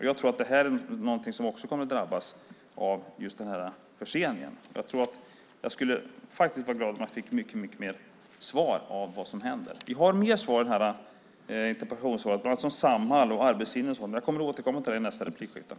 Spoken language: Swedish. Jag tror att det här är någonting som kommer att leda till förseningar. Det vore bra om vi kunde få mycket bättre svar på vad som händer. I svaret talas om Samhall och Arbetsförmedlingen, men jag återkommer till det i mitt nästa inlägg.